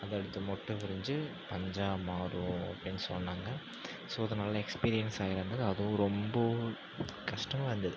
அது அடுத்து மொட்டு விரிஞ்சு பஞ்சாக மாறும் அப்படின்னு சொன்னாங்க ஸோ அது நல்ல எக்ஸ்பீரியன்ஸாக இருந்துது அதுவும் ரொம்பவும் கஷ்டமாக இருந்துது